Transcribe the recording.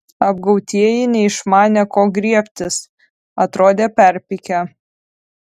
apgautieji neišmanė ko griebtis atrodė perpykę